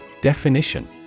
Definition